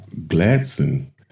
Gladson